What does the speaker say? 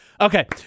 Okay